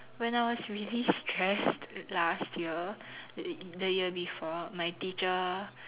when I was really stressed last year the year before my teacher